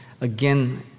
again